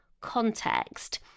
context